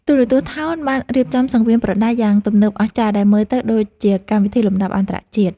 ទូរទស្សន៍ថោនបានរៀបចំសង្វៀនប្រដាល់យ៉ាងទំនើបអស្ចារ្យដែលមើលទៅដូចជាកម្មវិធីលំដាប់អន្តរជាតិ។